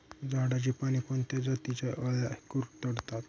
झाडाची पाने कोणत्या जातीच्या अळ्या कुरडतात?